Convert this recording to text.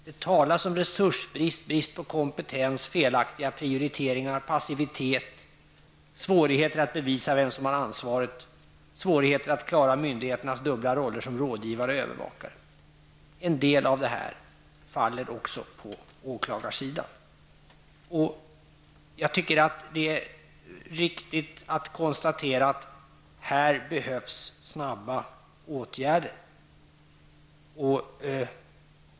Det talas om resursbrist, brist på kompetens, felaktiga prioriteringar, passivitet, svårigheter att bevisa vem som har ansvaret och svårigheter att klara myndigheternas dubbla roller som rådgivare och övervakare. En del av detta faller också på åklagarsidan. Här behövs snara åtgärder.